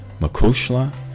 Makushla